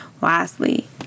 wisely